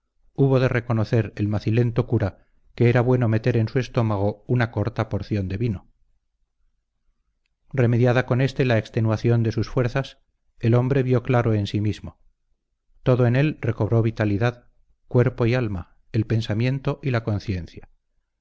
hubo de reconocer el macilento cura que era bueno meter en su estómago una corta porción de vino remediada con éste la extenuación de sus fuerzas el hombre vio claro en sí mismo todo en él recobró vitalidad cuerpo y alma el pensamiento y la conciencia